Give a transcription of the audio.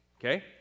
Okay